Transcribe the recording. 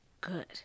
good